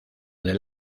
del